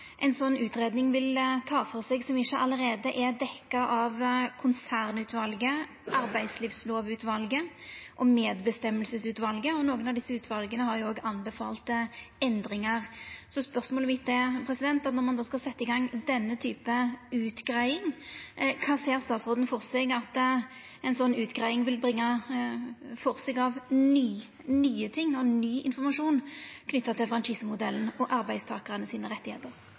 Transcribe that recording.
vil ta for seg som ikkje allereie er dekt av konsernutvalet, næringslovutvalet og medbestemmingsutvalet. Nokre av desse utvala har òg anbefalt endringar. Spørsmålet mitt er: Når ein då skal setja i gang denne typen utgreiing – kva ser statsråden for seg at ei slik utgreiing vil bringa av nye ting og ny informasjon knytt til franchisemodellen og rettane til arbeidstakarane?